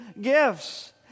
gifts